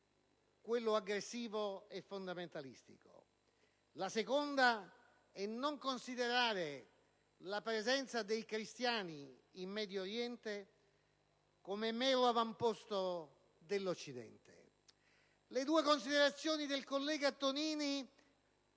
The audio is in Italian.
quello aggressivo e fondamentalista; la seconda è non considerare la presenza dei cristiani in Medio Oriente come mero avamposto dell'Occidente. Le due considerazioni del collega Tonini